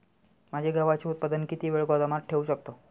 माझे गव्हाचे उत्पादन किती वेळ गोदामात ठेवू शकतो?